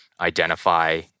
identify